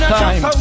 time